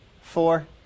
Four